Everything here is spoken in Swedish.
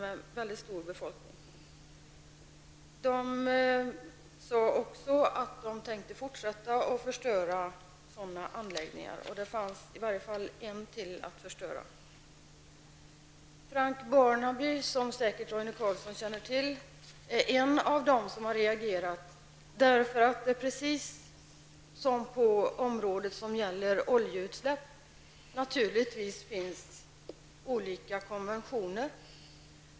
De allierade meddelade också att de tänkte fortsätta att förstöra sådana anläggningar. I varje fall återstod det ytterligare en anläggning att förstöra. Frank Barnaby, som Roine Carlsson säkert känner till, är en av dem som har reagerat. Precis som beträffande oljeutsläppen finns det naturligtvis olika konventioner.